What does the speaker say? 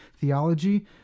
theology